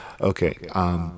Okay